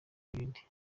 n’ibindi